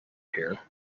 here